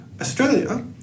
Australia